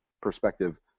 perspective